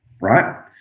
right